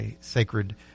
sacred